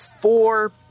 four